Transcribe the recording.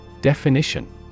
Definition